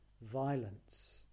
violence